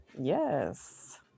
Yes